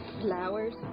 flowers